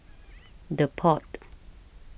The Pod